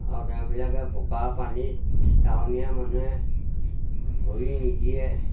আৰু তেওঁবিলাকে বোকা পানীত টাউনীয়া মানুহে ভৰি নিদিয়ে